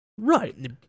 Right